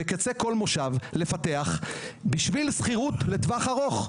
ובקצה של כל מושב לפתח מבנים של עד ארבע קומות,